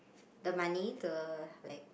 the money to like